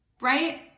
Right